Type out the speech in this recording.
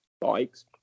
bikes